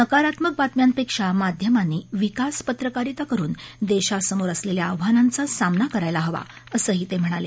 नकारात्मक बातम्यांपेक्षा माध्यमांनी विकास पत्रकारिता करुन देशासमोर असलेल्या आव्हानांचा सामना करायला हवा असंही ते म्हणाले